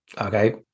Okay